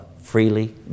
freely